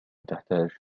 تحتاج